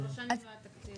שלוש שנים לא היה תקציב.